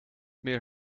meer